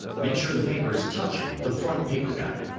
make sure the paper is touching the front paper guide.